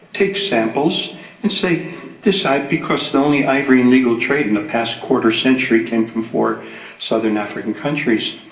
take samples and say this, ah because the only ivory in legal trade in the past quarter century came from four southern african countries,